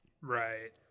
Right